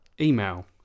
email